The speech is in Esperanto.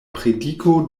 prediko